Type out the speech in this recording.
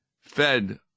fed